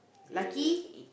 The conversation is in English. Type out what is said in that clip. lucky